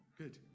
good